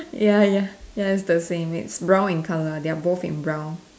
ya ya ya it's the same it's brown in color they're both in brown